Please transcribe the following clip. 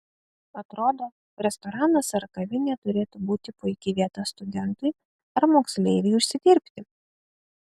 atrodo restoranas ar kavinė turėtų būti puiki vieta studentui ar moksleiviui užsidirbti